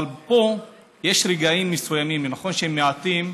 אבל פה יש רגעים מסוימים, ונכון שהם מעטים,